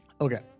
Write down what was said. Okay